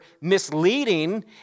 misleading